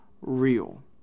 real